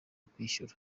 kwishyura